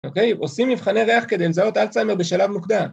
אוקיי? עושים מבחני ריח כדי לזהות אלצהיימר בשלב מוקדם.